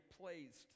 placed